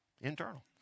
Internal